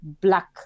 black